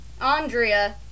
Andrea